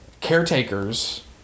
caretakers